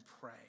pray